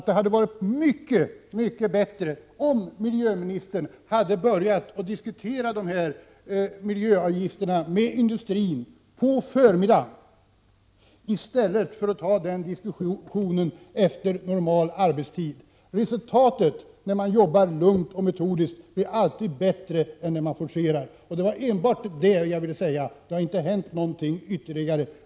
Det hade varit mycket bättre om miljöministern hade börjat diskutera dessa miljöavgifter med industrin på förmiddagen i stället för efter normal arbetstid. Resultatet när man jobbar lugnt och metodiskt blir alltid bättre än när man forcerar arbetet. Det var enbart detta jag ville säga. Det har inte hänt något ytterligare.